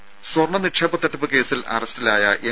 രും സ്വർണ്ണ നിക്ഷേപ തട്ടിപ്പ് കേസിൽ അറസ്റ്റിലായ എം